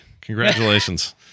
Congratulations